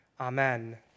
Amen